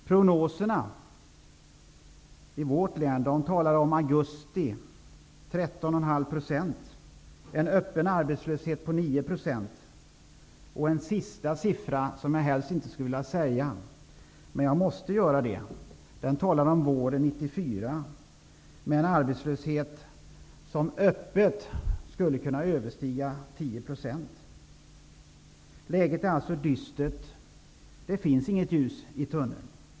Prognoserna i vårt län talar om att det i augusti kommer att vara en total arbetslöshet på 13,5 % och en öppen arbetslöshet på 9 %. En sista prognos som jag helst inte skulle vilja nämna, men jag måste göra det, talar om att den öppna arbetslösheten våren 1994 kan överstiga 10 %. Läget är alltså dystert. Det finns inget ljus i tunneln.